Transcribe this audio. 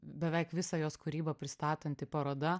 beveik visą jos kūrybą pristatanti paroda